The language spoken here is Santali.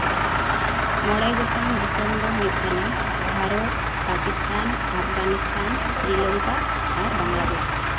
ᱢᱚᱬᱮ ᱜᱚᱴᱟᱝ ᱫᱤᱥᱚᱢ ᱫᱚ ᱦᱩᱭᱩᱜ ᱠᱟᱱᱟ ᱵᱷᱟᱨᱚᱛ ᱯᱟᱠᱤᱥᱛᱷᱟᱱ ᱟᱯᱷᱜᱟᱱᱤᱥᱛᱷᱟᱱ ᱥᱨᱤᱞᱚᱝᱠᱟ ᱟᱨ ᱵᱟᱝᱞᱟᱫᱮᱥ